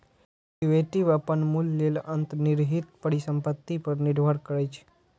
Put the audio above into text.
derivative अपन मूल्य लेल अंतर्निहित परिसंपत्ति पर निर्भर करै छै